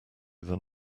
than